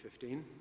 2015